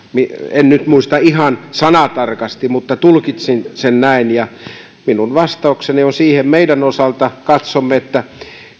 en nyt muista ihan sanatarkasti mutta tulkitsin sen näin ja minun vastaukseni meidän osaltamme siihen on katsomme että